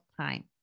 time